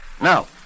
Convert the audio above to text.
now